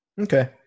Okay